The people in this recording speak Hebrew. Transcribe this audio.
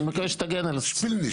אני מבקש שתגן עליי.